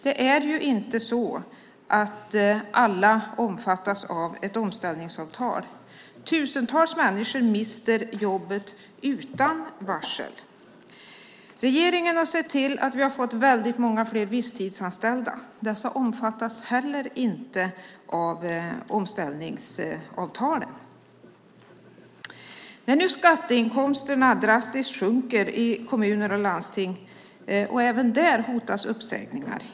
Det är ju inte så att alla omfattas av ett omställningsavtal. Tusentals människor mister jobbet utan varsel. Regeringen har sett till att vi har fått väldigt många fler visstidsanställda. Dessa omfattas heller inte av omställningsavtalet. Nu sjunker skatteinkomsterna drastiskt i kommuner och landsting, och även där hotar uppsägningar.